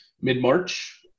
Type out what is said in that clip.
mid-March